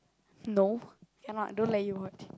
no cannot don't let you watch